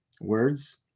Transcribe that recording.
words